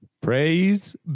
Praise